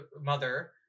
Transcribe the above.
Mother